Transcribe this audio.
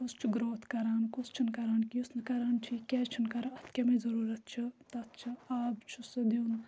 کُس چھُ گرٛوتھ کَران کُس چھُنہٕ کَران کہِ یُس نہٕ کَران چھُ یہِ کیٛازِ چھُنہٕ کَران اَتھ کَمچ ضٔروٗرَت چھُ تَتھ چھُ آب چھُ سُہ دیُن